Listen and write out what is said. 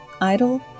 Idle